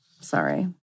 Sorry